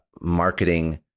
marketing